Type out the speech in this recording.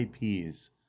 IPs